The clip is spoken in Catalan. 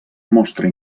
mostra